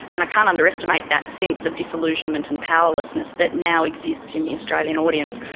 and i can't underestimate that sense of disillusionment and powerlessness that now exists in the australian audience.